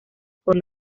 por